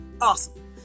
awesome